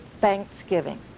thanksgiving